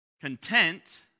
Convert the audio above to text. Content